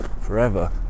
forever